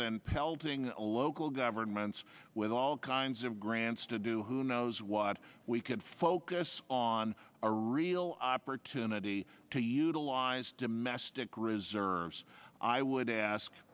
than pelting local governments with all kinds of grants to do who knows what we could focus on a real opportunity to utilize domestic reserves i would ask